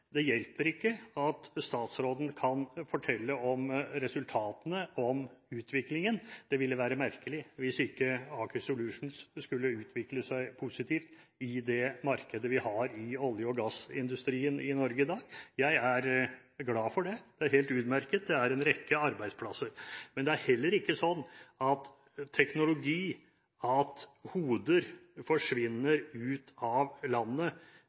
Det hjelper ikke at statsråden kan fortelle om resultatene, om utviklingen. Det ville være merkelig hvis ikke Aker Solutions skulle utvikle seg positivt i det markedet vi har i olje- og gassindustrien i Norge i dag. Jeg er glad for det, det er helt utmerket, det er en rekke arbeidsplasser. Det er heller ikke slik at teknologi og hoder forsvinner ut av landet